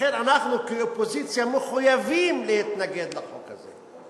ולכן אנחנו כאופוזיציה מחויבים להתנגד לחוק הזה.